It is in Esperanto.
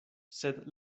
sed